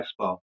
Expo